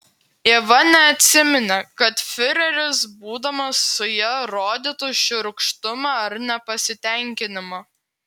ieva neatsiminė kad fiureris būdamas su ja rodytų šiurkštumą ar nepasitenkinimą